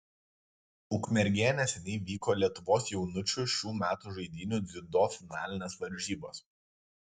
ukmergėje neseniai vyko lietuvos jaunučių šių metų žaidynių dziudo finalinės varžybos